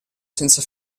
senza